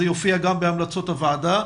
זה יופיע גם בהמלצות הוועדה.